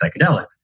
psychedelics